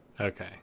okay